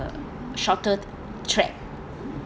uh shorter track